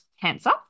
Cancer